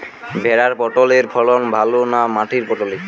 ভেরার পটলের ফলন ভালো না মাটির পটলের?